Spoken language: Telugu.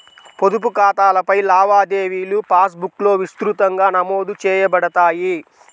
పొదుపు ఖాతాలపై లావాదేవీలుపాస్ బుక్లో విస్తృతంగా నమోదు చేయబడతాయి